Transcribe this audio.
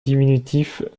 diminutif